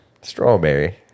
Strawberry